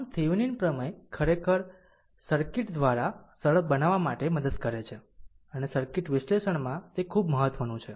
આમ થેવેનિન પ્રમેય ખરેખર સર્કિટ દ્વારા સરળ બનાવવા માટે મદદ કરે છે અને સર્કિટ વિશ્લેષણમાં તે ખૂબ મહત્વનું છે